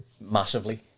Massively